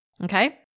okay